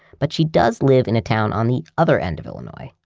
but she does live in a town on the other end of illinois.